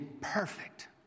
perfect